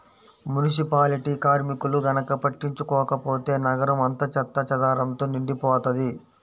municipality కార్మికులు గనక పట్టించుకోకపోతే నగరం అంతా చెత్తాచెదారంతో నిండిపోతది